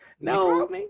No